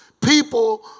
people